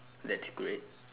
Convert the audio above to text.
that's great